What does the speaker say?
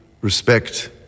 respect